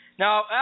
Now